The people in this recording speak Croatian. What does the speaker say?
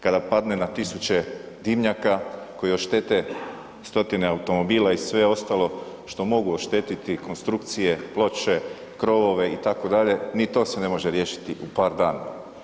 Kada padne na 1.000 dimnjaka koji oštete 100-tine automobila i sve ostalo što mogu oštetiti konstrukcije, ploče, krovove itd., ni to se ne može riješiti u par dana.